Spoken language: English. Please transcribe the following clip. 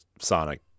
Sonic